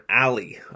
Alley